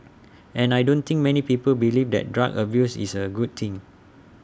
and I don't think many people believe that drug abuse is A good thing